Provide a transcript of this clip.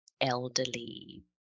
elderly